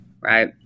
right